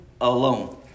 alone